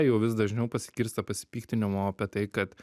jau vis dažniau pasigirsta pasipiktinimo apie tai kad